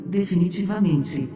Definitivamente